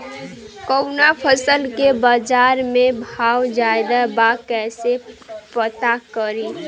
कवना फसल के बाजार में भाव ज्यादा बा कैसे पता करि?